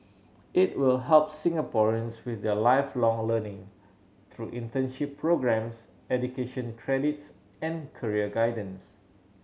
it will help Singaporeans with their Lifelong Learning through internship programmes education credits and career guidance